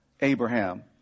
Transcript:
Abraham